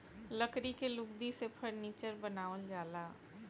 लकड़ी के लुगदी से फर्नीचर बनावल जाला